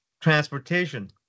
Transportation